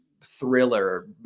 thriller